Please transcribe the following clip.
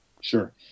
Sure